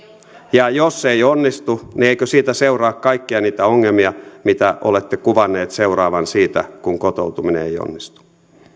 ja jos ei onnistu niin eikö siitä seuraa kaikkia niitä ongelmia mitä olette kuvanneet seuraavan siitä kun kotoutuminen ei onnistu